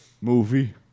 movie